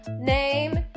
name